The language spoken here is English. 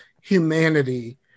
humanity